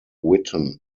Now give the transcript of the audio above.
witten